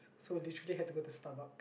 so literally had to go to Starbucks